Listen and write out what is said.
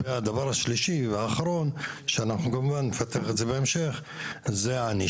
הדבר השלישי, והאחרון, זה הענישה.